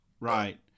Right